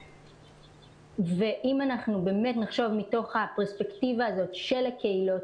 אם נחשוב מתוך הפרספקטיבה הזאת של הקהילות